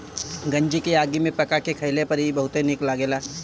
गंजी के आगी में पका के खइला पर इ बहुते निक लगेला